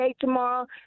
tomorrow